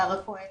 שרה כהן